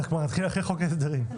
זה יתחיל אחרי חוק ההסדרים.